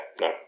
No